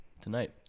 Tonight